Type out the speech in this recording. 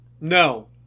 No